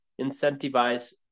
incentivize